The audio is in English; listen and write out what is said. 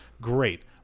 Great